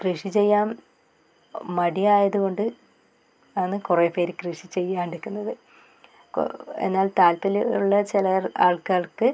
കൃഷി ചെയ്യാൻ മടിയായത് കൊണ്ട് ആണ് കുറെ പേർ കൃഷി ചെയ്യാണ്ട് നിൽക്കുന്നത് കോ എന്നാൽ താല്പര്യമുള്ള ചിലർ ആൾക്കാർക്ക്